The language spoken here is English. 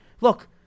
look